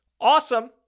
Awesome